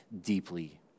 deeply